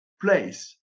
place